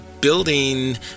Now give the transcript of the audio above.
building